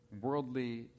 worldly